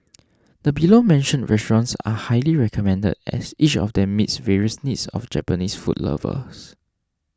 the below mentioned restaurants are highly recommended as each of them meets various needs of Japanese food lovers